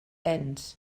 ens